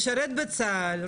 משרת בצה"ל,